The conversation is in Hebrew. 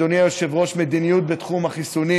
אדוני היושב-ראש, מדיניות בתחום החיסונים.